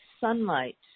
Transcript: sunlight